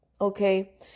okay